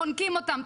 חונקים אותם,